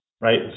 right